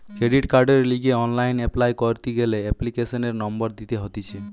credit কার্ডের লিগে online apply করতি গ্যালে এপ্লিকেশনের নম্বর দিতে হতিছে